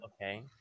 Okay